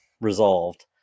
resolved